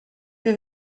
più